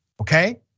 okay